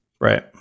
right